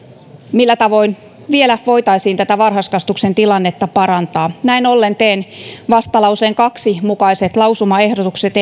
millä tavoin vielä voitaisiin tätä varhaiskasvatuksen tilannetta parantaa näin ollen teen vastalauseen kaksi mukaiset lausumaehdotukset